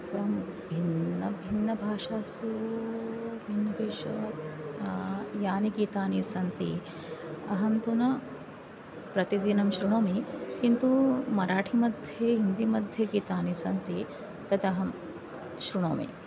एवं भिन्न भिन्न भाषासु भिन्नपेशा यानि गीतानि सन्ति अहं तु न प्रतिदिनं शृणोमि किन्तु मराठिमध्ये हिन्दि मध्ये गीतानि सन्ति तदहं शृणोमि